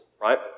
right